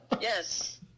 Yes